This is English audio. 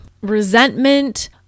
resentment